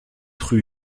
rue